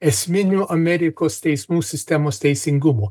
esminiu amerikos teismų sistemos teisingumu